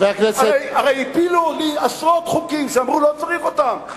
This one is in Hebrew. הרי הפילו לי עשרות חוקים שאמרו לא צריך אותם,